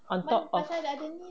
on top of